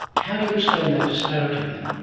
how do you explain that disparity then?